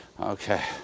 Okay